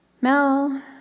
Mel